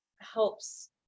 helps